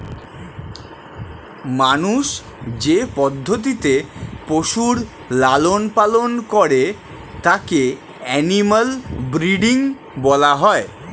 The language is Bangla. মানুষ যে পদ্ধতিতে পশুর লালন পালন করে তাকে অ্যানিমাল ব্রীডিং বলা হয়